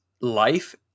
life